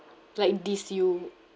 like diss you